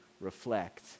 reflect